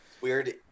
weird